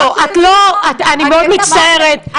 אני מאוד מצטערת.